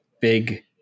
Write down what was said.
big –